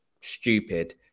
stupid